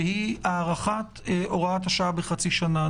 שהיא הארכת הוראת השעה בחצי שנה.